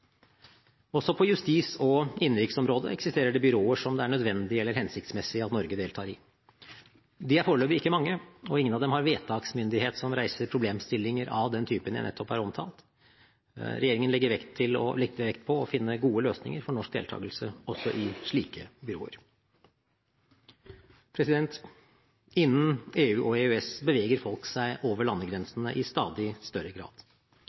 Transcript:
Også på justis- og innenriksområdet eksisterer det byråer som det er nødvendig eller hensiktsmessig at Norge deltar i. De er foreløpig ikke mange, og ingen av dem har vedtaksmyndighet som reiser problemstillinger av den typen jeg nettopp har omtalt. Regjeringen legger vekt på å finne gode løsninger for norsk deltakelse også i slike byråer. Innen EU og EØS beveger folk seg over landegrensene i stadig større grad.